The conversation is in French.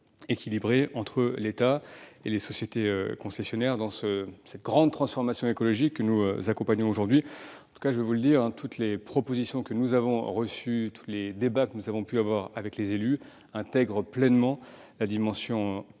équilibré entre l'État et les sociétés concessionnaires dans cette grande transformation écologique que nous accompagnons aujourd'hui. L'ensemble des propositions que nous avons reçues, tout comme les débats que nous avons pu avoir avec les élus, intègrent pleinement la dimension